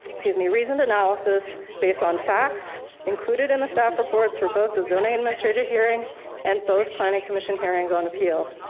excuse me, reason analysis based on facts included in the staff reports for both the zoning administrator hearing and both planning commission hearings on appeal.